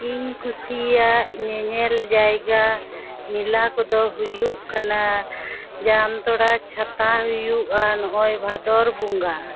ᱤᱧ ᱠᱩᱥᱤᱭᱟᱜ ᱧᱮᱧᱮᱞ ᱡᱟᱭᱜᱟ ᱢᱮᱞᱟ ᱠᱚᱫᱚ ᱦᱩᱭᱩᱜ ᱠᱟᱱᱟ ᱡᱟᱢᱛᱚᱲᱟ ᱪᱷᱟᱛᱟ ᱦᱩᱭᱩᱜᱼᱟ ᱱᱚᱜᱼᱚᱭ ᱵᱷᱟᱫᱚᱨ ᱵᱚᱸᱜᱟ